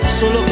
Solo